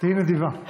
תהיי נדיבה.